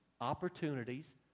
opportunities